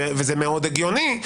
וזה מאוד הגיוני,